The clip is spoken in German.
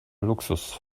luxus